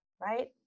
right